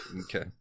Okay